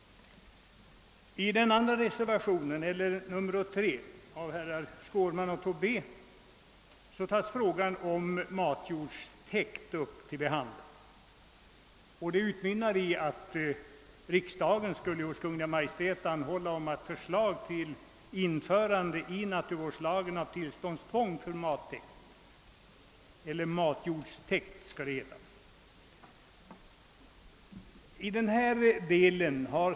I reservationen III av herrar Skårman och Tobé tas frågan om införande i naturvårdslagen av tillståndstvång för matjordstäkt upp till behandling, och reservationen utmynnar i en hemställan att riksdagen hos Kungl. Maj:t skall anhålla om förslag till införande av sådant tillståndstvång.